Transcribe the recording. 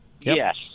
Yes